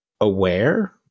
aware